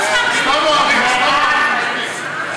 מירב,